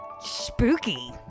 spooky